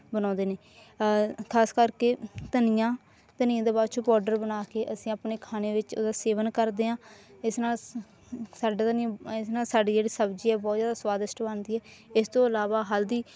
ਬਣਾਉਂਦੇ ਨੇ ਖ਼ਾਸ ਕਰਕੇ ਧਨੀਆ ਧਨੀਆ ਦਾ ਬਾਅਦ ਚੋਂ ਪਾਊਡਰ ਬਣਾ ਕੇ ਅਸੀ ਆਪਣੇ ਖਾਣੇ ਵਿੱਚ ਉਹਦਾ ਸੇਵਨ ਕਰਦੇ ਹਾਂ ਇਸ ਨਾਲ ਸਾਡੇ ਤਾਂ ਨਹੀ ਇਸ ਨਾਲ ਸਾਡੀ ਜਿਹੜੀ ਸਬਜ਼ੀ ਆ ਬਹੁਤ ਜ਼ਿਆਦਾ ਸਵਾਦਿਸ਼ਟ ਬਣਦੀ ਹੈ ਇਸ ਤੋਂ ਇਲਾਵਾ ਹਲਦੀ